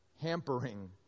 hampering